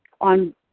On